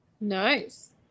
nice